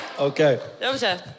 Okay